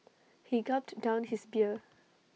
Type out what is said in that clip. he gulped down his beer